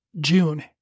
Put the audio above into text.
June